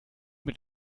mit